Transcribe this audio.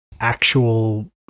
actual